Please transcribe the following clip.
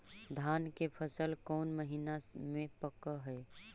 धान के फसल कौन महिना मे पक हैं?